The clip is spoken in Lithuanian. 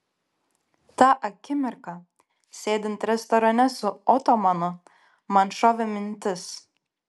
tą akimirką sėdint restorane su otomanu man šovė mintis